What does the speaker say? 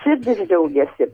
sėdi ir džiaugiesi